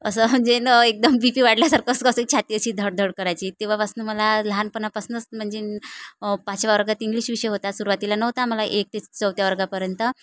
असं म्हणजे ना एकदम बी पी वाढल्यासारखं कसं कसं छाती अशी धडधड करायची तेव्हापासून मला लहानपनापासूनच म्हणजे पाचव्या वर्गात इंग्लिश विषय होता सुरुवातीला नव्हता मला एक ते चौथ्या वर्गापर्यंत